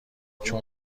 چون